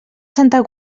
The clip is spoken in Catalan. santa